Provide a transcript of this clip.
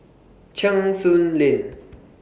Cheng Soon Lane